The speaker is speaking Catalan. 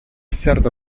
certa